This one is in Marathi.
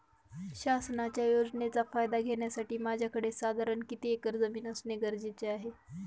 शासनाच्या योजनेचा फायदा घेण्यासाठी माझ्याकडे साधारण किती एकर जमीन असणे गरजेचे आहे?